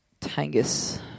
Tangus